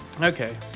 Okay